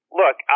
look